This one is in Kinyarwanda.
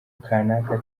kanaka